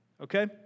okay